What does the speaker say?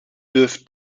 dürft